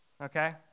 okay